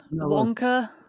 Wonka